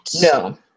No